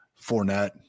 Fournette